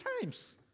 times